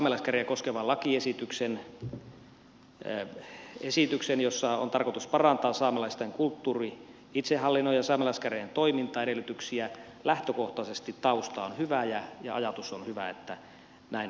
siksi saamelaiskäräjiä koskevan lakiesityksen esityksen jossa on tarkoitus parantaa saamelaisten kulttuuri itsehallinnon ja saamelaiskäräjien toimintaedellytyksiä tausta ja ajatus on lähtökohtaisesti hyvä että näin ollaan tekemässä